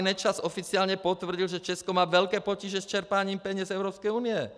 Nečas oficiálně potvrdil, že Česko má velké potíže s čerpáním peněz z Evropské unie.